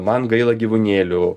man gaila gyvūnėlių